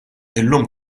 illum